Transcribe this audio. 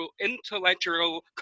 intellectual